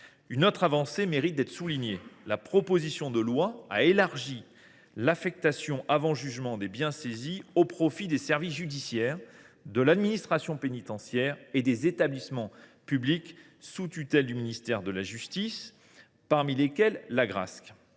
Une autre avancée mérite d’être soulignée. La proposition de loi a élargi l’affectation avant jugement des biens saisis au profit des services judiciaires, de l’administration pénitentiaire et des établissements publics sous tutelle du ministère de la justice, parmi lesquels l’Agrasc.